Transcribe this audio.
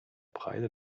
breite